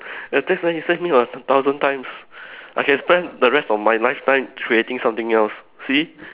ya thanks man you save me a t~ thousand times I can spend the rest of lifetime creating something else see